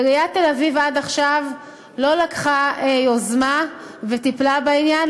עיריית תל-אביב עד עכשיו לא לקחה יוזמה וטיפלה בעניין,